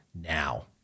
now